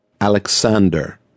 Alexander